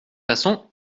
façon